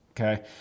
Okay